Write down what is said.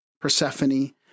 Persephone